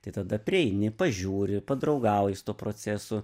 tai tada prieini pažiūri padraugauji su tuo procesu